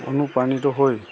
অনুপ্ৰাণিত হৈ